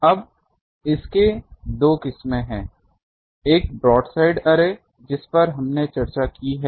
अब इसके दो किस्में हैं एक ब्रोडसाइड अर्रे है जिस पर हमने चर्चा की है